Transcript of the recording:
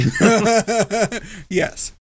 Yes